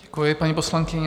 Děkuji, paní poslankyně.